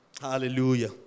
Hallelujah